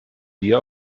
dir